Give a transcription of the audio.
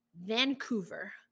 Vancouver